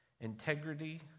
integrity